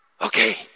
Okay